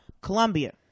Colombia